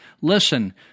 Listen